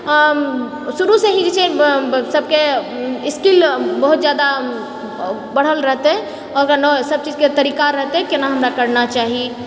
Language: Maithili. शुरूसँ ही जे छै सबके स्किल बहुत जादा बढ़ल रहतै ओकरा ने सबचीजके तरीका रहतै केना हमरा करना चाही